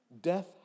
Death